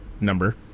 number